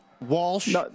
Walsh